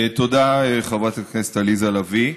תודה, חברת הכנסת עליזה לביא.